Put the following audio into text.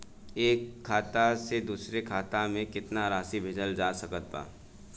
एक खाता से दूसर खाता में केतना राशि भेजल जा सके ला?